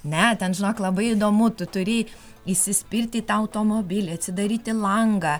ne ten žinok labai įdomu tu turi įsispirti į tą automobilį atsidaryti langą